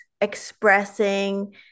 expressing